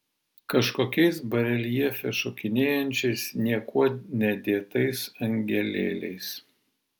kažkokiais bareljefe šokinėjančiais niekuo nedėtais angelėliais